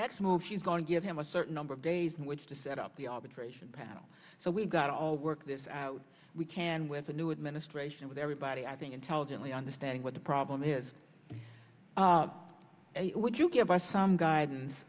next move she's going to give him a certain number of days in which to set up the arbitration panel so we've got all worked this out we can with the new administration with everybody i think intelligently understanding what the problem is a would you give us some guidance